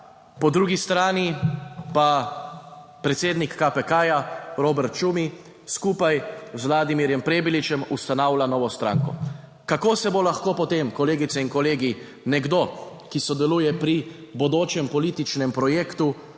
Po drugi strani pa predsednik KPK Robert Šumi, skupaj z Vladimirjem Prebiličem ustanavlja novo stranko. Kako se bo lahko potem, kolegice in kolegi, nekdo, ki sodeluje pri bodočem političnem projektu,